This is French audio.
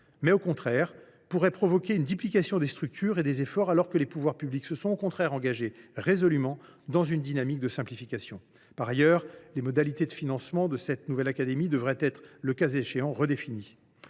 tangibles et provoquer une duplication des structures et des efforts, alors que les pouvoirs publics se sont au contraire résolument engagés dans une dynamique de simplification. Par ailleurs, les modalités de financement de cette nouvelle académie devraient être, le cas échéant, redéfinies.